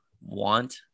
want